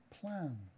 plan